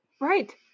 Right